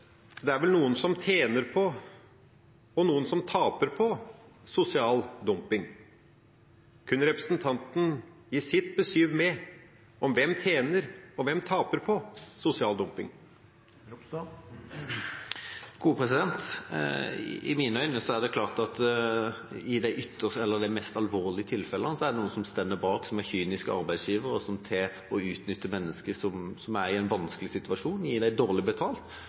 vel noen som tjener på, og noen som taper på sosial dumping. Kunne representanten gi sitt besyv med hvem som tjener på, og hvem som taper på sosial dumping? I mine øyne er det klart at i de mest alvorlige tilfellene er det noen som står bak, som er kyniske arbeidsgivere, og som utnytter mennesker i en vanskelig situasjon. De gir dem dårlig